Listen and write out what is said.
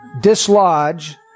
dislodge